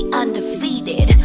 undefeated